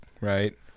right